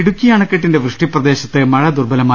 ഇടുക്കി അണക്കെട്ടിന്റെ വൃഷ്ടി പ്രദേശത്ത് മഴ ദുർബലമായി